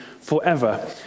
forever